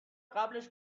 قبلش